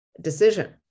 decision